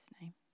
name